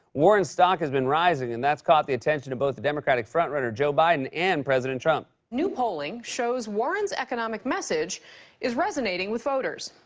warren's stock has been rising, and that's caught the attention of both the democratic front-runner, joe biden, and president trump. new polling shows warren's economic message is resonating with voters.